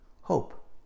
hope